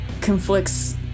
conflicts